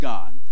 God